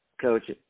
Coach